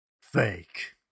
Fake